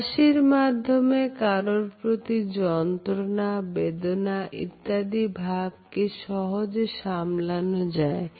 হাসির মাধ্যমে কারোর প্রতি যন্ত্রনা বেদনা ইত্যাদি ভাবকে সহজে সামলানো যায়